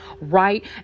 right